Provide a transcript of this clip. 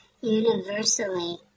universally